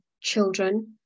children